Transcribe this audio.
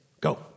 go